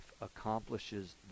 accomplishes